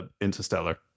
Interstellar